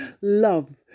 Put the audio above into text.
Love